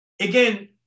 Again